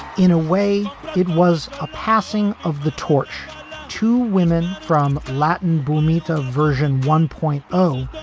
in a way it was a passing of the torch to women from latin boomi to version one point oh,